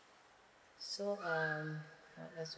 so uh what else would